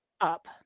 up